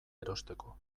erosteko